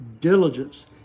diligence